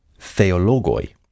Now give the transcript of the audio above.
theologoi